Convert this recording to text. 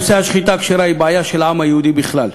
נושא השחיטה הכשרה הוא בעיה של העם היהודי בכלל.